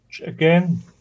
again